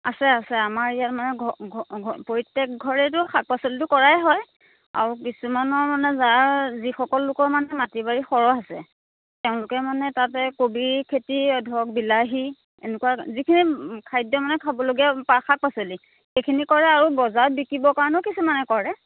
আছে আছে আমাৰ ইয়াত মানে প্ৰত্যেক ঘৰেইতো শাক পাচলিতো কৰাই হয় আৰু কিছুমানৰ মানে যাৰ যিসকল লোকৰ মানে মাটি বাৰী সৰহ আছে তেওঁলোকে মানে তাতে কবি খেতি ধৰক বিলাহী এনেকুৱা যিখিনি খাদ্য মানে খাবলগীয়া শাক পাচলি সেইখিনি কৰা আৰু বজাৰত বিকিবও কাৰণে কিছুমানে কৰে